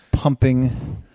Pumping